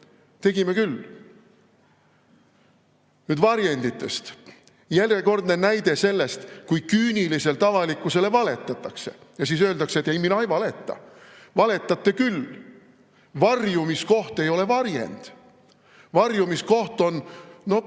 Tegime küll. Nüüd varjenditest. Järjekordne näide, kui küüniliselt avalikkusele valetatakse, ja siis öeldakse, et ei, mina ei valeta. Valetate küll. Varjumiskoht ei ole varjend. Varjumiskoht on see,